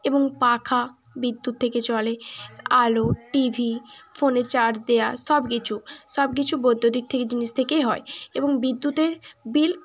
এবং পাখা বিদ্যুৎ থেকে চলে আলো টিভি ফোনে চার্জ দেওয়া সব কিছু সব কিছু বৈদ্যুতিক থেকে জিনিস থেকেই হয় এবং বিদ্যুতের বিল